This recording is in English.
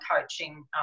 coaching